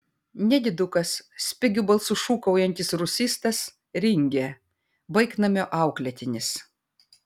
nedidukas spigiu balsu šūkaujantis rusistas ringė vaiknamio auklėtinis